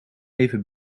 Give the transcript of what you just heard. even